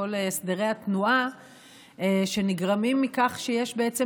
כל הסדרי התנועה שנגרמים מכך שיש בעצם